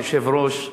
אדוני היושב-ראש,